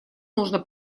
нужно